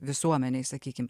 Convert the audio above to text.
visuomenei sakykim